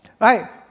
right